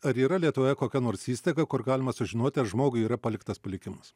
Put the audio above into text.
ar yra lietuvoje kokia nors įstaiga kur galima sužinoti ar žmogui yra paliktas palikimas